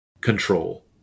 control